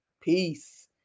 peace